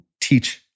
teach